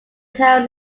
town